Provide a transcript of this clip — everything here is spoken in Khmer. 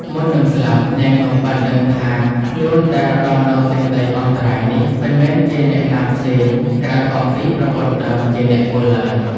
មុននឹងស្លាប់ នាងនោះបានដឹងថា "ខ្លួនដែលដល់នូវសេចក្តីអន្តរាយនេះ មិនមែនជាអ្នកណាផ្សេង ក្រៅអំពីប្រពន្ធដើមជាអ្នកធ្វើឡើយ"។